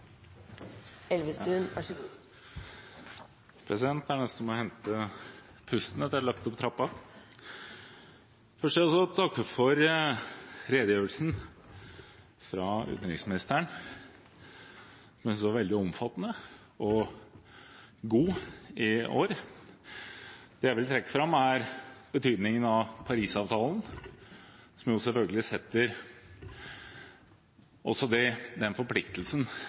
så jeg må få igjen pusten etter å ha løpt opp trappene. Først vil også jeg takke for utenriksministerens redegjørelse, som jeg synes var veldig omfattende og god i år. Det jeg vil trekke fram, er betydningen av Paris-avtalen, som selvfølgelig også setter den forpliktelsen